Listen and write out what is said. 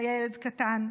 שהיה ילד קטן,